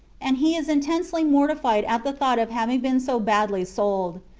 and he is intensely mortified at the thought of having been so badly sold.